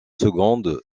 seconde